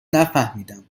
نفهمیدم